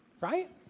right